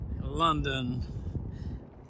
london